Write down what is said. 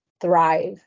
thrive